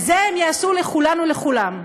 ואת זה הן יעשו לכולן ולכולם.